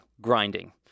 grinding